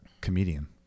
comedian